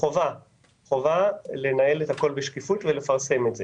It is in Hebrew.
חובה לנהל את הכול בשקיפות ולפרסם את זה.